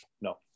no